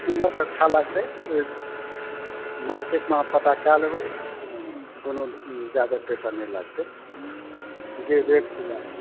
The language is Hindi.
कीमत अच्छा लागतेे मार्केट में आहाँ पता क्या लेबेे कुनु ज़्यादा पैसा नहीं लागते जो रेट छः न